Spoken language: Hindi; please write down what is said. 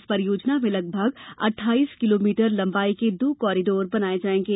इस परियोजना में लगभग अट्ठाइस किलोमीटर लंबाई के दो कॉरीडोर बनाये जायेंगे